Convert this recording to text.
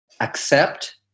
accept